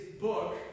book